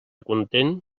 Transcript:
content